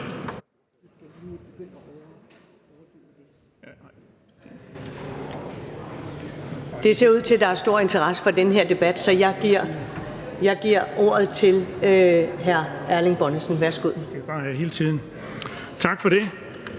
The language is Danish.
Det ser ud til, at der er stor interesse for den her debat, så jeg giver ordet til hr. Erling Bonnesen. Værsgo. Kl.